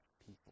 people